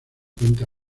cuenta